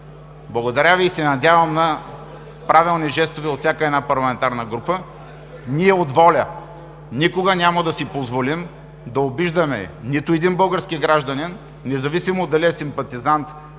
Благодаря Ви и се надявам на правилни жестове от всяка една парламентарна група. Ние от „Воля“ никога няма да си позволим да обиждаме нито един български гражданин, независимо дали е симпатизант